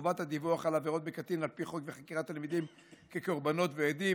חובת הדיווח על עבירות בקטין על פי חוק וחקירת תלמידים כקורבנות ועדים,